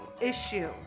issue